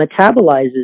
metabolizes